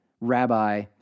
rabbi